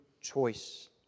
choice